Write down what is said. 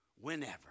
whenever